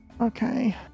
okay